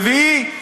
ברביעי,